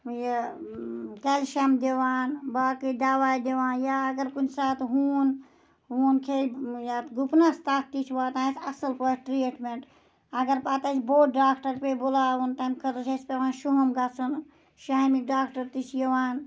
یہِ کیٚلشَم دِوان باقٕے دَوا دِوان یا اگر کُنہِ ساتہٕ ہوٗن ووٗن کھیٚیہِ یا گُپنَس تَتھ تہِ چھِ واتان اَسہِ اَصٕل پٲٹھۍ ٹرٛیٖٹمیٚنٛٹ اگر پَتہٕ اَسہِ بوٚڑ ڈاکٹر پیٚیہِ بُلاوُن تَمہِ خٲطرٕ چھِ اَسہِ پیٚوان شُہوم گژھُن شِہامِکۍ ڈاکٹر تہِ چھِ یِوان